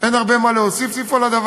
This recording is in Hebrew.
ואין הרבה מה להוסיף על הדבר.